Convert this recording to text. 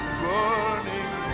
burning